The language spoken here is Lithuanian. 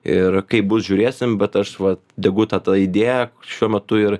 ir kaip bus žiūrėsim bet aš va degu ta ta idėja šiuo metu ir